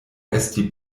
esti